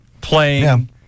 playing